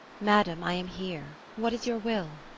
madam, i am here. what is your will?